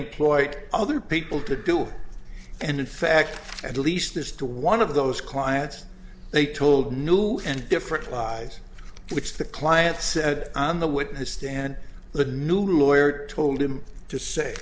employed other people to do it and in fact at least this to one of those clients they told new and different lies which the client said on the witness stand the new lawyer told him to say